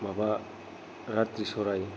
माबा राद्रि सराय